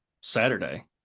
Saturday